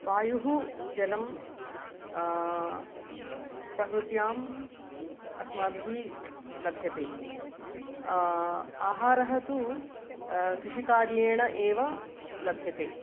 वायुः जलं प्रकृत्याम् अस्माभिः लभ्यन्ते आहारः तु कृषिकार्येण एव लभ्यते